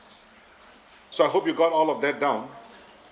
so I hope you got all of that down